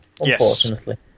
Unfortunately